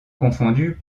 confondus